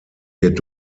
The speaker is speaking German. wird